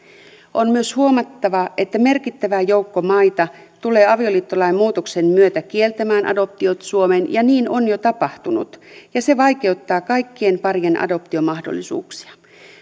on myös huomattava että merkittävä joukko maita tulee avioliittolain muutoksen myötä kieltämään adoptiot suomeen niin on jo tapahtunut ja se vaikeuttaa kaikkien parien adoptiomahdollisuuksia